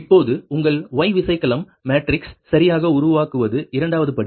இப்போது உங்கள் Y விசைக்கலம் மேட்ரிக்ஸை சரியாக உருவாக்குவது இரண்டாவது படி